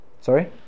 Sorry